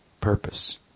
purpose